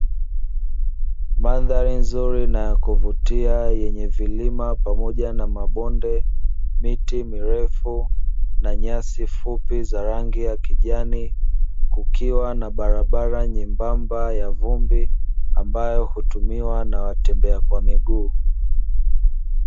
Mandhari nzuri na ya kuvutia yenye vilima pamoja na mabonde, miti mirefu na nyasi fupi za rangi ya kijani kukiwa na barabara nyembamba ya vumbi ambayo hutumiwa na watembea kwa miguu.